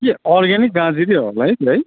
के अर्ग्यानिक गाजरै होला है त्यो है